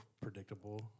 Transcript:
predictable